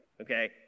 okay